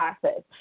process